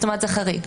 זה חריג.